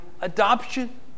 adoption